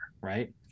right